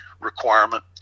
requirement